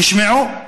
תשמעו,